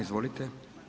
Izvolite.